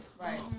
Right